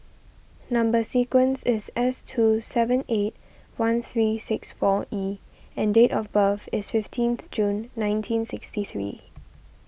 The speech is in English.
Number Sequence is S two seven eight one three six four E and date of birth is fifteenth June nineteen sixty three